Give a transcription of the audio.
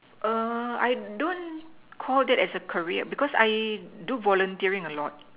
err I don't Call that as a career because I do volunteering a lot